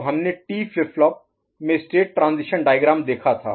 तो हमने T flip flop में स्टेट ट्रांजीशन डायग्राम देखा था